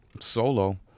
solo